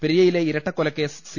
പെരിയയിലെ ഇരട്ടക്കൊലക്കേസ് സി